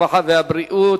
הרווחה והבריאות.